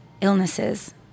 illnesses